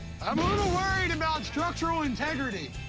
i'm a little worried about structural integrity.